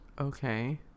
Okay